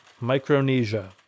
Micronesia